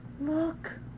look